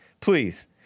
please